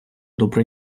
добре